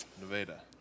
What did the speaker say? Nevada